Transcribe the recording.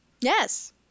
Yes